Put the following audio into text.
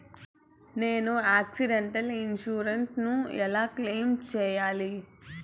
నేను accidental insurance ను ఎలా క్లెయిమ్ సేయాలి?